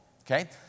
Okay